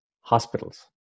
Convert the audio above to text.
hospitals